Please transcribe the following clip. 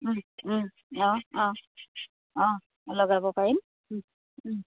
অঁ অঁ অঁ লগাব পাৰিম